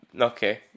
Okay